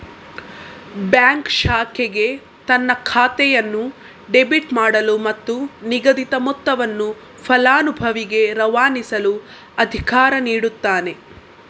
bank ಶಾಖೆಗೆ ತನ್ನ ಖಾತೆಯನ್ನು ಡೆಬಿಟ್ ಮಾಡಲು ಮತ್ತು ನಿಗದಿತ ಮೊತ್ತವನ್ನು ಫಲಾನುಭವಿಗೆ ರವಾನಿಸಲು ಅಧಿಕಾರ ನೀಡುತ್ತಾನೆ